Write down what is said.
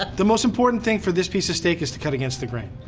ah the most important thing for this piece of steak is to cut against the grain.